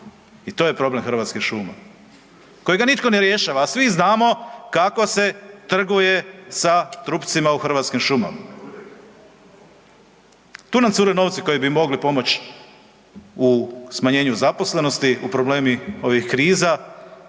i to je problem Hrvatskih šuma kojega nitko ne rješava a svi znamo kako se trguje sa trupcima u Hrvatskim šumama. Tu nam cure novci koji bi mogli pomoć u smanjenju zaposlenosti, u problemu ovih kriza